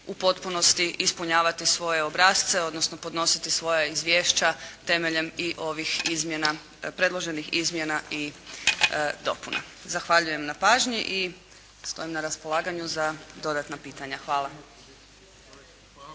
u potpunosti ispunjavati svoje obrasce, odnosno podnositi svoja izvješća temeljem i ovih izmjena, predloženih izmjena i dopunama. Zahvaljujem na pažnji i stojim na raspolaganju za dodatna pitanja. Hvala.